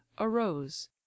arose